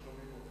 לא שומעים אותך.